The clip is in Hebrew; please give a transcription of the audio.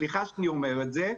וסליחה שאני אומר את זה,